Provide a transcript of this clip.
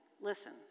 listen